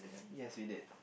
yes we did